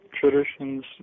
traditions